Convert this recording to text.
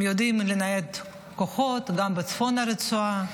הם יודעים לנייד כוחות גם בצפון הרצועה.